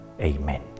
Amen